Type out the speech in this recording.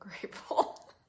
grateful